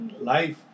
life